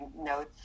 Notes